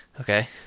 okay